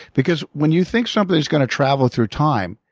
because when you think something's going to travel through time,